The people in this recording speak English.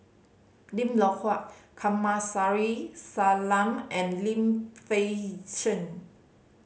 Lim Loh Huat Kamsari Salam and Lim Fei Shen